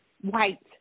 white